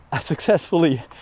successfully